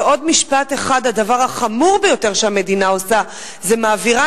ועוד משפט אחד: הדבר החמור ביותר שהמדינה עושה זה שהיא מעבירה